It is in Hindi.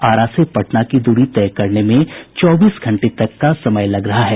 आरा से पटना की दूरी तय करने में चौबीस घंटे तक का समय लग रहा है